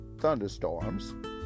thunderstorms